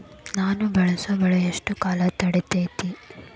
ನಾವು ಬೆಳಸೋ ಬೆಳಿ ಎಷ್ಟು ಕಾಲ ತಡೇತೇತಿ?